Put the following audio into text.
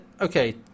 okay